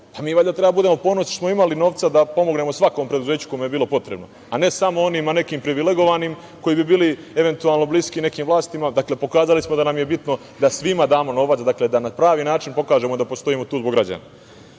Mi valjda treba da budemo ponosni što smo imali novca da pomognemo svakom preduzeću kome je bilo potrebno, a ne samo onima nekim privilegovanim koji bi bili eventualno bliski nekim vlastima. Dakle, pokazali smo da nam je bitno da svima damo novac, da na pravi način pokažemo da postojimo tu zbog građana. Što